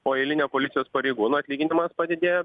o eilinio policijos pareigūno atlyginimas padidėjo